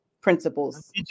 principles